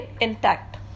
intact